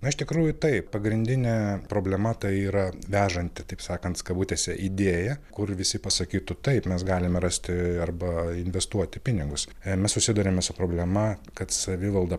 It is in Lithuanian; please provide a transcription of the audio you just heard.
na iš tikrųjų taip pagrindinė problema tai yra vežanti taip sakant kabutėse idėja kur visi pasakytų taip mes galime rasti arba investuoti pinigus mes susiduriame su problema kad savivalda